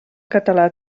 català